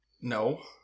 No